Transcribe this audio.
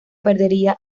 perdería